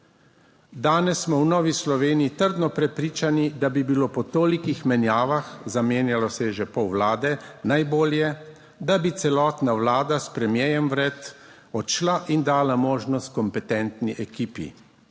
Danes smo v Novi Sloveniji trdno prepričani, da bi bilo po toliko menjavah - zamenjalo se je že pol Vlade - najbolje, da bi celotna Vlada s premierjem vred odšla in dala možnost kompetentni ekipi,